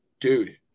dude